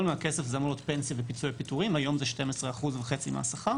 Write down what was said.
מהכסף אמור להיות פנסיה ופיצויי פיטורין היום זה 12.5% מהשכר